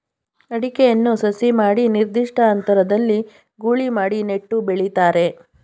ಅಡಿಕೆಯನ್ನು ಸಸಿ ಮಾಡಿ ನಿರ್ದಿಷ್ಟ ಅಂತರದಲ್ಲಿ ಗೂಳಿ ಮಾಡಿ ನೆಟ್ಟು ಬೆಳಿತಾರೆ